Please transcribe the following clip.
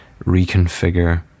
reconfigure